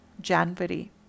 January